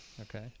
Okay